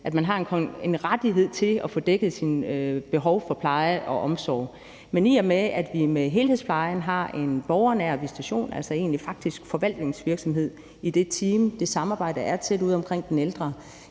at man har en rettighed til at få dækket sine behov for pleje og omsorg. Men i og med at vi med helhedsplejen har en borgernær visitation, altså egentlig faktisk forvaltningsvirksomhed i det team og det samarbejde, der er tæt på ude omkring den ældre,